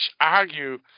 argue –